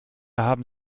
haben